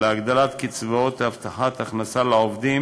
להגדלת קצבאות הבטחת הכנסה לעובדים,